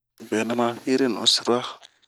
Benɛ ma hiri nu sura.